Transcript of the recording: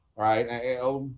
Right